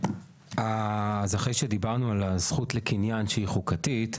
אז אחרי שדיברנו על הזכות לקניין שהיא חוקתית,